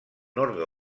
nord